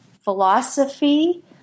philosophy